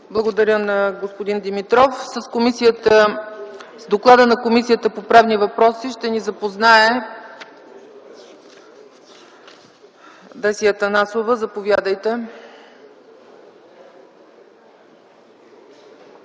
Благодаря на господин Димитров. С доклада на Комисията по правни въпроси ще ни запознае Десислава Атанасова. Заповядайте.